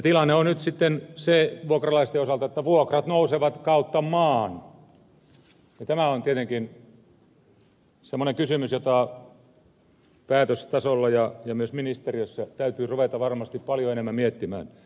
tilanne on nyt sitten se vuokralaisten osalta että vuokrat nousevat kautta maan ja tämä on tietenkin semmoinen kysymys jota päätöstasolla ja myös ministeriössä täytyy ruveta varmasti paljon enemmän miettimään